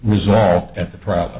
resolved at the problem